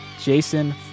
Jason